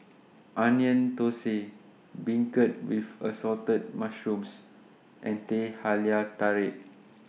Onion Thosai Beancurd with Assorted Mushrooms and Teh Halia Tarik